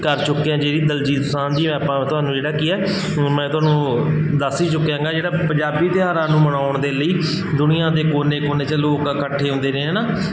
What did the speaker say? ਕਰ ਚੁੱਕੇ ਹਾਂ ਜਿਹੜੀ ਦਲਜੀਤ ਦੋਸਾਂਝ ਦੀ ਉਹ ਆਪਾਂ ਤੁਹਾਨੂੰ ਜਿਹੜਾ ਕੀ ਹੈ ਹੁਣ ਮੈਂ ਤੁਹਾਨੂੰ ਦੱਸ ਹੀ ਚੁੱਕਿਆ ਹੈਗਾ ਜਿਹੜਾ ਪੰਜਾਬੀ ਤਿਉਹਾਰਾਂ ਨੂੰ ਮਨਾਉਣ ਦੇ ਲਈ ਦੁਨੀਆਂ ਦੇ ਕੋਨੋ ਕੋਨੇ 'ਚ ਲੋਕ ਇਕੱਠੇ ਹੁੰਦੇ ਨੇ ਹੈ ਨਾ